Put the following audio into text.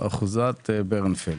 אחוזת ברנפלד.